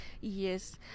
Yes